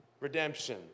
redemption